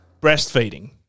breastfeeding